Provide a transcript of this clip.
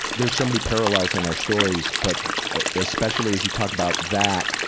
there's so many parallels in our stories but especially as you talk about that.